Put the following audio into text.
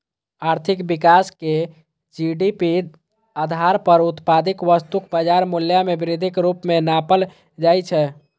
आर्थिक विकास कें जी.डी.पी आधार पर उत्पादित वस्तुक बाजार मूल्य मे वृद्धिक रूप मे नापल जाइ छै